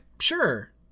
Sure